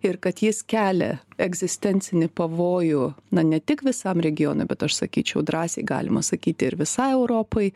ir kad jis kelia egzistencinį pavojų na ne tik visam regionui bet aš sakyčiau drąsiai galima sakyti ir visai europai